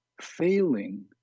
failing